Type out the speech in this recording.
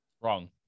wrong